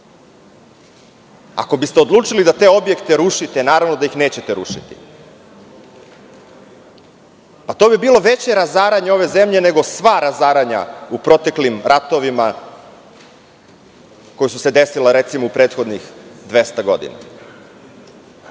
ako biste odlučili da te objekte rušite, naravno da ih nećete rušiti. To bi bilo veće razaranje ove zemlje nego sva razaranja u proteklim ratovima koja su se desila, recimo u prethodnih 200 godina.Zašto